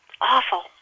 awful